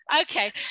okay